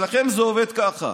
אצלכם זה עובד ככה: